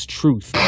truth